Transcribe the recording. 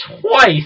twice